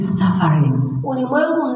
suffering